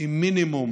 עם מינימום